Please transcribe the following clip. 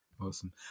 awesome